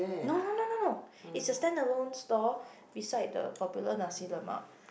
no no no no no it's a stand alone store beside the popular Nasi-Lemak